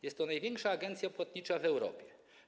Jest to największa agencja płatnicza w Europie.